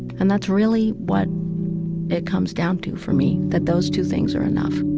and that's really what it comes down to for me, that those two things are enough